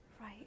Right